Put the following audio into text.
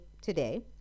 today